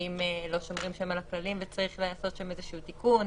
האם לא שומרים שם על הכללים וצריך לעשות שם איזשהו תיקון?